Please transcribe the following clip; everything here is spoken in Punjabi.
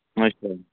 ਅੱਛਾ